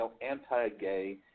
anti-gay